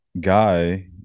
guy